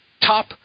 top